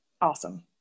awesome